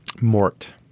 Mort